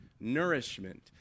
Nourishment